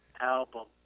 album